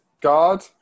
guard